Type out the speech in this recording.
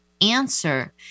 answer